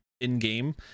in-game